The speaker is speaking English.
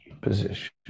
position